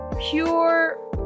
pure